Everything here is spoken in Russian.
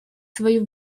свою